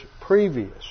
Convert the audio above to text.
previous